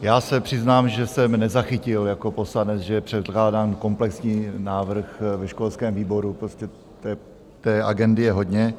Já se přiznám, že jsem nezachytil jako poslanec, že je předkládán komplexní návrh ve školském výboru, prostě té agendy je hodně.